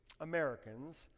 Americans